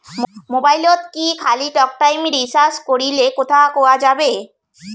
মোবাইলত কি খালি টকটাইম রিচার্জ করিলে কথা কয়া যাবে?